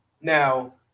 Now